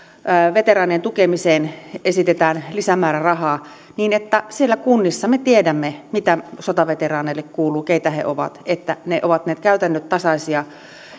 veteraanien tukemiseen esitetään lisämäärärahaa niin että siellä kunnissa me tiedämme mitä sotaveteraaneille kuuluu keitä he ovat ja ne käytännöt ovat tasaisia